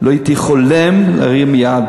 לא הייתי חולם להרים יד